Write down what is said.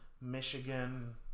Michigan